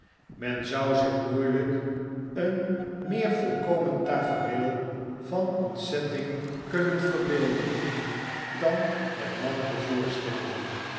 men zou zich moeielijk een meer volkomen tafereel van ontzetting kunnen verbeelden dan het manneke voorstelde